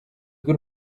bw’u